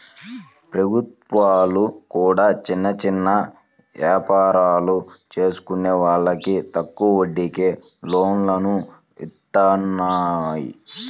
ప్రభుత్వాలు కూడా చిన్న చిన్న యాపారాలు చేసుకునే వాళ్లకి తక్కువ వడ్డీకే లోన్లను ఇత్తన్నాయి